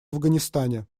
афганистане